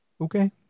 Okay